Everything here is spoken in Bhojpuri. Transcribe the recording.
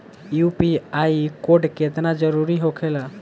यू.पी.आई कोड केतना जरुरी होखेला?